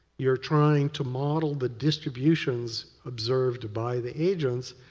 you're trying to model the distributions observed by the agents,